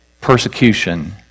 persecution